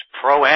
pro